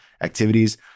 activities